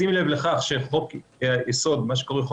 בשים לב לכך שחוק יסוד מה שקרוי חוק